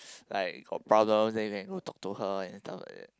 like got problems then you can go talk to her and stuff of it